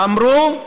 אמרו: